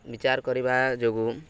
ବିଚାର କରିବା ଯୋଗୁଁ